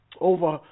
over